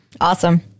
Awesome